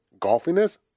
golfiness